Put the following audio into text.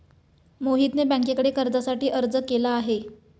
मोहितने बँकेकडे कर्जासाठी अर्ज केला आहे